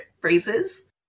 phrases